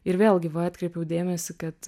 ir vėlgi va atkreipiau dėmesį kad